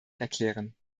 erklären